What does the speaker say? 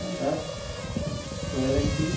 Bajaj Royal Enfield